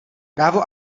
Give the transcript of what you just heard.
právo